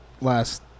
last